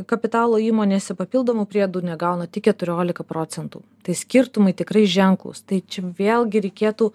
kapitalo įmonėse papildomų priedų negauna tik keturiolika procentų tai skirtumai tikrai ženklūs tai čia vėlgi reikėtų